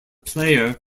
player